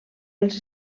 els